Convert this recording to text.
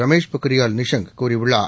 ரமேஷ் பொக்ரியால் நிஷாங்க் கூறியுள்ளார்